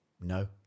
No